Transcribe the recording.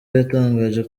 yatangaje